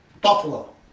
buffalo